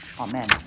Amen